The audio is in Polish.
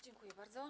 Dziękuje bardzo.